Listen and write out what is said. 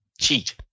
cheat